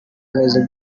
remezo